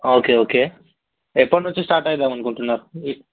okay okay ఎప్పటి నుంచి start అవుదాం అనుకుంటున్నారు మీరు